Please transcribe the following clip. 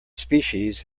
species